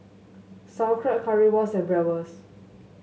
Sauerkraut Currywurst and Bratwurst